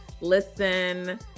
listen